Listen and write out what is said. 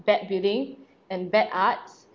bad building and bad arts